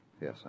Yes